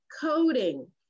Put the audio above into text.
coding